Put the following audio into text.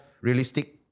realistic